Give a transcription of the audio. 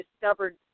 discovered